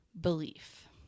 belief